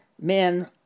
men